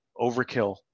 Overkill